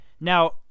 Now